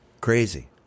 Crazy